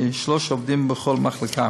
כ-30 עובדים בכל מחלקה,